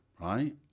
right